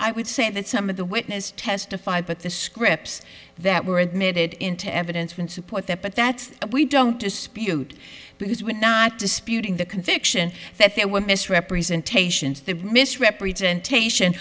i would say that some of the witnesses testified but the scripts that were admitted into evidence would support that but that's what we don't dispute because we're not disputing the conviction that there were misrepresentations that misrepresentation